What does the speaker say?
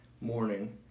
morning